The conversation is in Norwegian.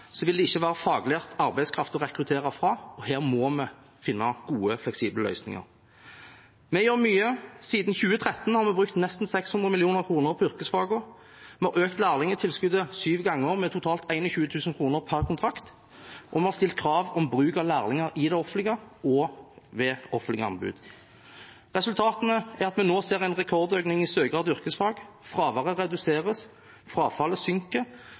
vil det ikke være faglært arbeidskraft å rekruttere fra, og her må vi finne gode, fleksible løsninger. Vi gjør mye. Siden 2013 har vi brukt nesten 600 mill. kr på yrkesfagene. Vi har økt lærlingtilskuddet syv ganger med totalt 21 000 kr per kontrakt, og vi har stilt krav om bruk av lærlinger i det offentlige og ved offentlige anbud. Resultatene er at vi nå ser en rekordøkning i søkere til yrkesfag, fraværet reduseres, frafallet synker,